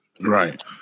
Right